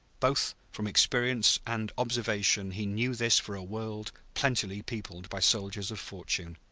both from experience and observation he knew this for a world plentifully peopled by soldiers of fortune,